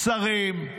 שרים,